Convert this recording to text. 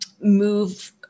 move